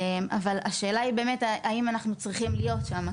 אבל השאלה היא באמת האם אנחנו צריכים להיות שם,